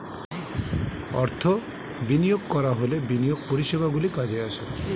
অর্থ বিনিয়োগ করা হলে বিনিয়োগ পরিষেবাগুলি কাজে আসে